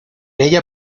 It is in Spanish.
ella